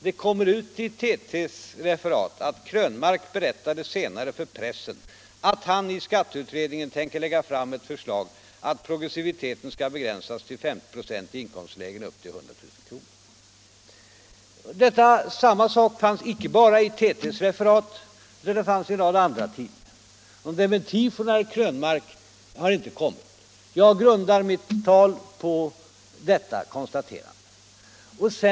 Det kommer i TT:s referat att ”Krönmark berättade senare för pressen att han i skatteutredningen tänker lägga fram ett förslag att progressiviteten skall begränsas till 50 96 i inkomstlägen upp till 100 000 kr.” Detta fanns inte bara i TT:s referat utan även i en rad tidningar. Någon dementi från herr Krönmark har inte kommit. Jag grundar mitt tal på detta konstaterande.